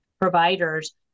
providers